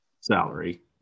salary